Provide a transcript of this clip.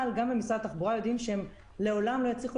אבל גם במשרד התחבורה יודעים שהם לעולם לא יצליחו